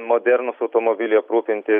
modernūs automobiliai aprūpinti